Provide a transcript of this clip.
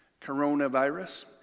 coronavirus